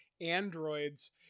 androids